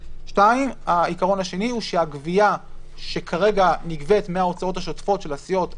2. הגבייה שכרגע נגבית מההוצאות השוטפות של הסיעות,